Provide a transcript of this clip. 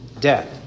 death